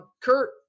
Kurt